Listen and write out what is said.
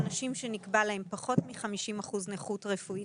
אנשים שנקבע להם פחות מ-50 אחוזי נכות רפואית,